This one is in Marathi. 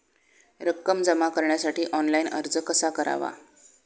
रक्कम जमा करण्यासाठी ऑनलाइन अर्ज कसा करावा?